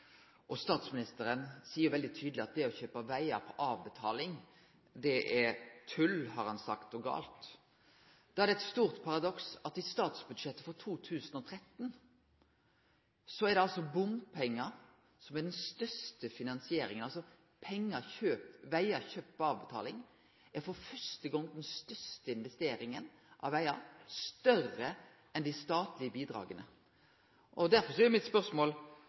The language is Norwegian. og den billigaste – er den over statsbudsjettet. Statsministeren seier veldig tydeleg at det å kjøpe vegar på avbetaling er tull og gale. Da er det eit stort paradoks at det i statsbudsjettet for 2013 er bompengar som er den største finansieringa. Vegar kjøpte på avbetaling er for første gong den største investeringa i vegar, større enn dei statlege bidraga. Derfor gjeld mitt spørsmål